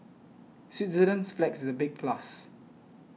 Switzerland's flag is a big plus